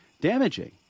damaging